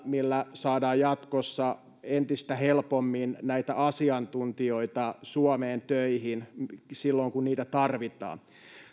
millä saadaan jatkossa entistä helpommin näitä asiantuntijoita suomeen töihin silloin kun niitä tarvitaan